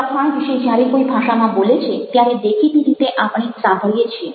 લખાણ વિશે જ્યારે કોઈ ભાષામાં બોલે છે ત્યારે દેખીતી રીતે આપણે સાંભળીએ છીએ